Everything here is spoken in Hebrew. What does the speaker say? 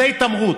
זו התעמרות.